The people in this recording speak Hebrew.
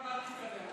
מנסה.